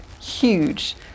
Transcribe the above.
huge